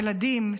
ילדים,